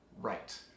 right